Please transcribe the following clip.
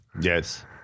Yes